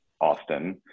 Austin